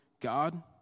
God